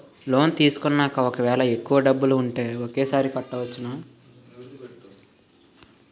Loan తీసుకున్నాక ఒకవేళ ఎక్కువ డబ్బులు ఉంటే ఒకేసారి కట్టవచ్చున?